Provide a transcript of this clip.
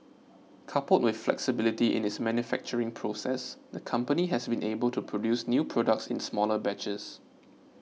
coupled with flexibility in its manufacturing process the company has been able to produce new products in smaller batches